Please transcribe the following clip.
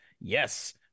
Yes